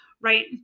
right